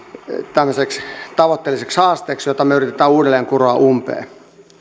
tämmöiseksi tavoitteelliseksi haasteeksi jota me yritämme uudelleen kuroa umpeen